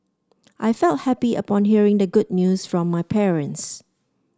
I felt happy upon hearing the good news from my parents